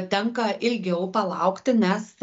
tenka ilgiau palaukti nes